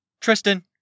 Tristan